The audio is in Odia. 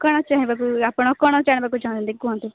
କ'ଣ ଚାହିଁବାକୁ ଆପଣ କ'ଣ ଜାଣିବାକୁ ଚାହଁନ୍ତି କୁହନ୍ତୁ